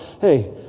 hey